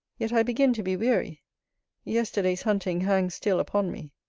yet i begin to be weary yesterday's hunting hangs still upon me.